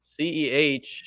ceh